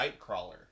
Nightcrawler